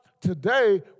today